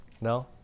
No